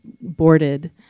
boarded